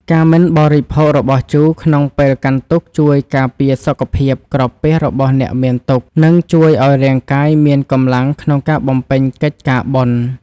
ការមិនបរិភោគរបស់ជូរក្នុងពេលកាន់ទុក្ខជួយការពារសុខភាពក្រពះរបស់អ្នកមានទុក្ខ និង ជួយឱ្យរាងកាយមានកម្លាំងក្នុងការបំពេញកិច្ចការបុណ្យ។